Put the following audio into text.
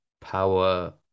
power